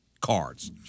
cards